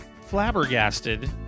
flabbergasted